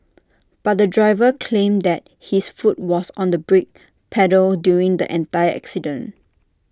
but the driver claimed that his foot was on the brake pedal during the entire accident